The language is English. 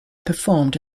performed